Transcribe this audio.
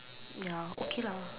ya okay lah